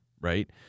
right